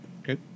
Okay